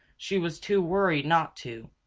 she was too worried not to.